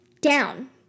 down